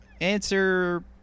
answer